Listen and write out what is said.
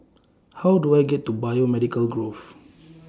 How Do I get to Biomedical Grove